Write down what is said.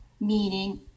meaning